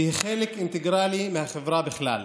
שהיא חלק אינטגרלי מהחברה בכלל.